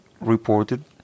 reported